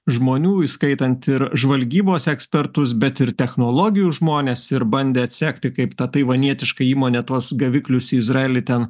žmonių įskaitant ir žvalgybos ekspertus bet ir technologijų žmones ir bandė atsekti kaip ta taivanietiška įmonė tuos gaviklius į izraelį ten